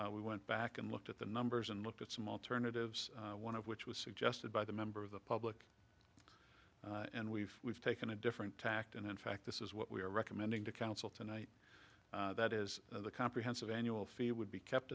council we went back and looked at the numbers and looked at some alternatives one of which was suggested by the member of the public and we've we've taken a different tact and in fact this is what we are recommending to council tonight that is the comprehensive annual fee would be kept